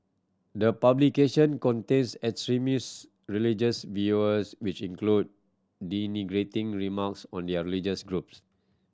the publication contains extremist religious viewers which include denigrating remarks on their religious groups